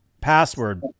password